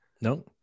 No